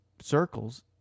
circles